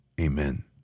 Amen